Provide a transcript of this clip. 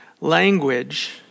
language